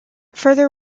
further